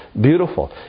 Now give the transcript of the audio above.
beautiful